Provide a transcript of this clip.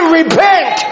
repent